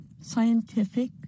scientific